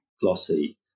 glossy